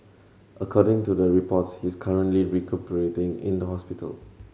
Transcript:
according to the reports he's currently recuperating in the hospital